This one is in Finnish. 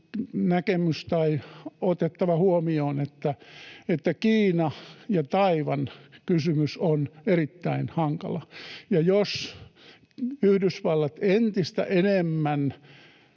näkemys, tai on otettava huomioon, että Kiina ja Taiwan ‑kysymys on erittäin hankala. Ja jos Yhdysvallat entistä enemmän